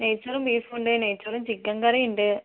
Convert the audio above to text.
നെയ്ചോറും ബീഫും ഉണ്ട് നെയ്ചോറും ചിക്കൻ കറിയുണ്ട്